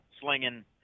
slinging